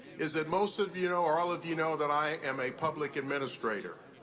is that most of you know, or all of you know, that i am a public administrator.